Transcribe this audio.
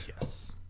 Yes